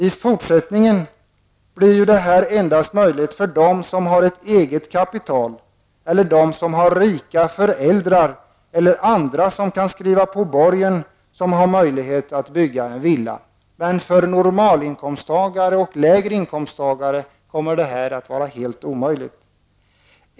I fortsättningen blir det endast möjligt för dem som har eget kapital, för dem som har rika föräldrar eller andra som kan skriva på borgen att bygga villor. Men för normalinkomsttagare och människor med lägre inkomster kommer detta att vara helt omöjligt.